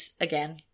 again